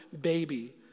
baby